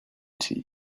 tea